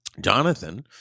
Jonathan